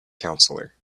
counselor